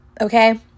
okay